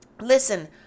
listen